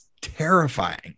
terrifying